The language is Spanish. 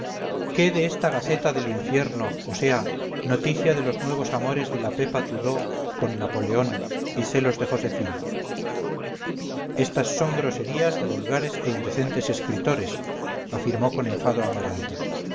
de esta gaceta del infierno o sea noticia de los nuevos amores de la pepa tudó con napoleón y celos de josefina esas son groserías de vulgares e indecentes escritores afirmó con enfado amaranta